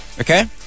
Okay